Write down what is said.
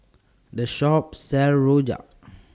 The Shop sells Rojak